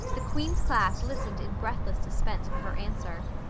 the queen's class listened in breathless suspense for her answer.